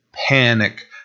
Panic